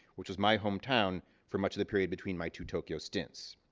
which was my hometown for much of the period between my two tokyo stints.